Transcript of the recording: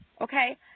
okay